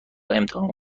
امتحان